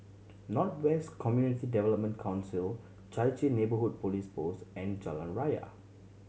North West Community Development Council Chai Chee Neighbourhood Police Post and Jalan Raya